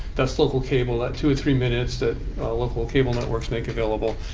that's local cable, that two or three minutes that local cable networks make available.